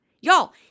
Y'all